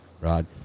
Rod